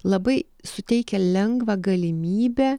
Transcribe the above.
labai suteikia lengvą galimybę